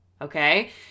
okay